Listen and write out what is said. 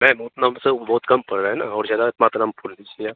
ma'am उतना हमसे वो बहुत कम पड़ रहा है ना और ज्यादा मात्रा में फूल लीजिए आप